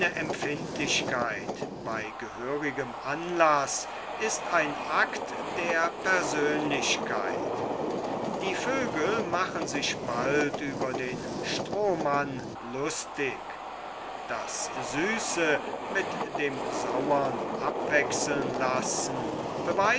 empfindlichkeit bei gehörigem anlaß ist ein akt der persönlichkeit die vögel machen sich bald über den strohmann lustig das süße mit dem sauern abwechseln lassen